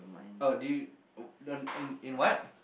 oh do you oh in in what